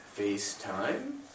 FaceTime